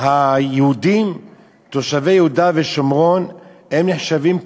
היהודים תושבי יהודה ושומרון נחשבים כילידים.